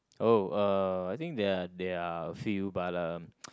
oh uh I think there are there are a few but uh